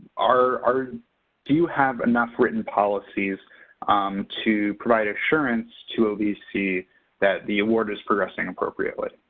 are do you have enough written policies to provide assurance to ovc that the award is progressing appropriately?